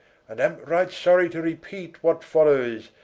and am right sorrie to repeat what followes.